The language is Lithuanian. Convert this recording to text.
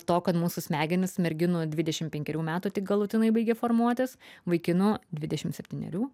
to kad mūsų smegenys merginų dvidešim penkerių metų tik galutinai baigia formuotis vaikinų dvidešim septynerių